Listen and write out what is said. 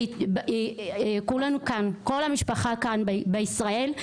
כל המשפחה כאן בישראל,